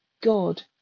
God